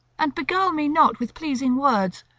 and beguile me not with pleasing words,